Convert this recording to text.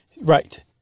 Right